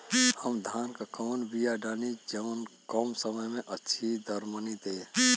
हम धान क कवन बिया डाली जवन कम समय में अच्छा दरमनी दे?